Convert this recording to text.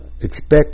expect